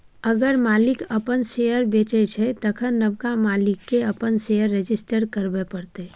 अगर मालिक अपन शेयर बेचै छै तखन नबका मालिक केँ अपन शेयर रजिस्टर करबे परतै